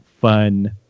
fun